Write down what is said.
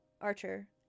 Archer